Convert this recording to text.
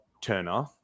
Turner